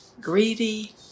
greedy